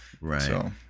Right